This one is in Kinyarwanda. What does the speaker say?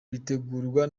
itegurwa